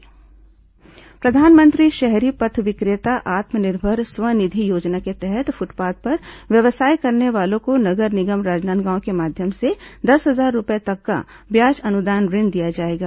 आत्मनिर्भर स्वनिधि योजना ऋण प्रधानमंत्री शहरी पथ विक्रेता आत्मनिर्भर स्वनिधि योजना के तहत फुटपाथ पर व्यवसाय करने वालों को नगर निगम राजनांदगांव के माध्यम से दस हजार रूपये तक का ब्याज अनुदान ऋण दिया जाएगा